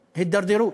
להידרדרות.